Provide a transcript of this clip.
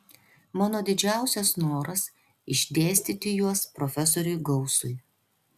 mano didžiausias noras išdėstyti juos profesoriui gausui